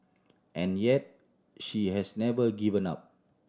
and yet she has never given up